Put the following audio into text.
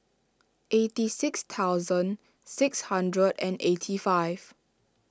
eighty six thousand six hundred and eighty five